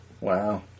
Wow